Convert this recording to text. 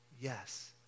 Yes